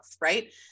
Right